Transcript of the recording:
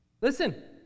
Listen